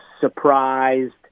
surprised